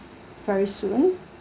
very soon